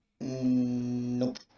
nope